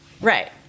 Right